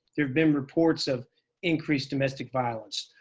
there have been reports of increased domestic violence.